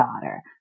daughter